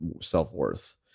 self-worth